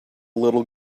little